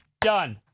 done